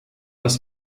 das